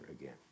again